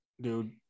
dude